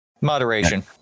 Moderation